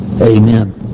Amen